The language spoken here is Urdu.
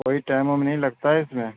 کوئی ٹائم وائم نہیں لگتا اِس میں